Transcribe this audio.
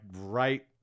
right